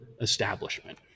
establishment